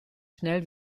schnell